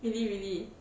really really